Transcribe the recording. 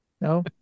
No